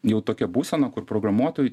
jau tokia būsena kur programuotojui